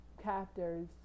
captors